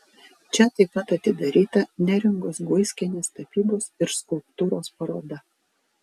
čia taip pat atidaryta neringos guiskienės tapybos ir skulptūros paroda